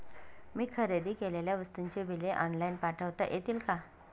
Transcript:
मी खरेदी केलेल्या वस्तूंची बिले ऑनलाइन पाठवता येतील का?